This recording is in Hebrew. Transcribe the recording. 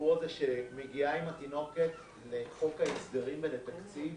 הסיפור הזה שהיא מגיעה עם התינוקת לחוק ההסדרים ולתקציב,